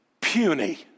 puny